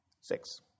six